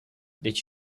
did